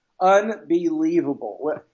Unbelievable